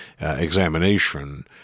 examination